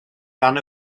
dan